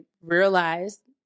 realized